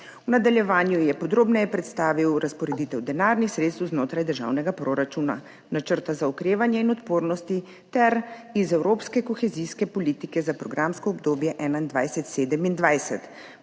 V nadaljevanju je podrobneje predstavil razporeditev denarnih sredstev znotraj državnega proračuna, Načrta za okrevanje in odpornost ter iz Evropske kohezijske politike za programsko obdobje 2021–2027,